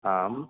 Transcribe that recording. आं